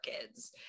kids